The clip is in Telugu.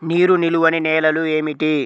నీరు నిలువని నేలలు ఏమిటి?